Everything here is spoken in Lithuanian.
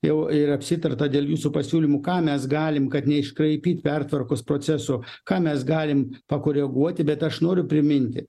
jau ir apsitarta dėl jūsų pasiūlymų ką mes galim kad neiškraipyt pertvarkos proceso ką mes galim pakoreguoti bet aš noriu priminti